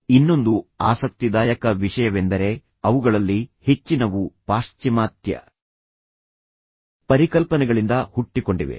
ಇನ್ನೊಂದು ಆಸಕ್ತಿದಾಯಕ ವಿಷಯವೆಂದರೆ ಅವುಗಳಲ್ಲಿ ಹೆಚ್ಚಿನವು ಪಾಶ್ಚಿಮಾತ್ಯ ಪರಿಕಲ್ಪನೆಗಳಿಂದ ಹುಟ್ಟಿಕೊಂಡಿವೆ